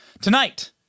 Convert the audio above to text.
tonight